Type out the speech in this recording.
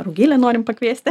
rugilę norim pakviesti